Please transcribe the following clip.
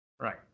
Right